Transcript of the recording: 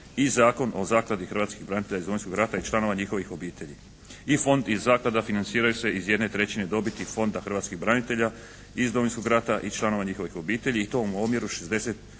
i Zakon o Zakladi hrvatskih branitelja iz Domovinskog rata i članova njihovih obitelji. I Fond i Zaklada financiraju se iz jedne trećine dobiti Fonda hrvatskih branitelja iz Domovinskog rata i članova njihovih obitelji i to u omjeru 60:40